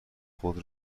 خود